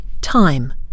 Time